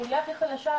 החולייה הכי חלשה,